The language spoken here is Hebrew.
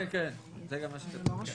כן, זה מה שכתוב.